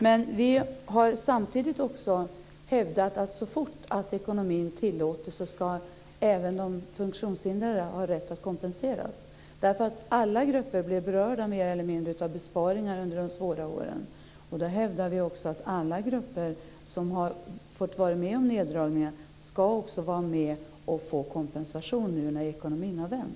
Men vi har samtidigt också hävdat att så fort ekonomin tillåter ska även de funktionshindrade ha rätt till kompensation. Alla grupper blev mer eller mindre berörda av besparingar under de svåra åren. Därför hävdar vi att alla grupper som har fått vara med om neddragningar också ska vara med om att få kompensation nu när ekonomin har vänt.